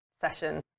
session